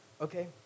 Okay